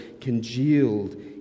congealed